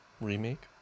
remake